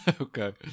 Okay